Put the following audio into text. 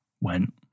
went